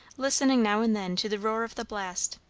listening now and then to the roar of the blast,